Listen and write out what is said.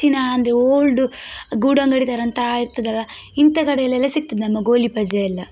ಮುಂಚಿನ ಅಂದರೆ ಓಲ್ಡ್ ಗೂಡು ಅಂಗಡಿ ಥರ ಅಂತ ಇರ್ತದಲ್ಲ ಇಂಥ ಕಡೆಯಲ್ಲೆಲ್ಲ ಸಿಗ್ತದೆ ನಮ್ಮ ಗೋಳಿಬಜೆ ಎಲ್ಲ